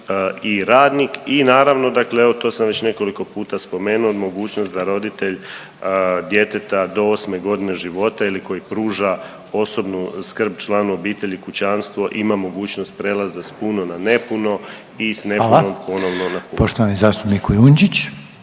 i radnik. I naravno, dakle evo to sam već nekoliko puta spomenuo i mogućnost da roditelj djeteta do 8 godine života ili koji pruža osobnu skrb članu obitelji, kućanstvo ima mogućnost prelaza sa puno na nepuno i s nepunog ponovno na puno. **Reiner, Željko